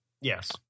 Yes